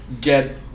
Get